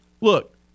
Look